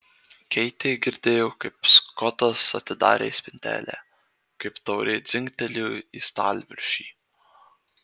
keitė girdėjo kaip skotas atidarė spintelę kaip taurė dzingtelėjo į stalviršį